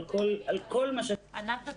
על כל מה שאת עושה.